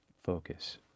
focus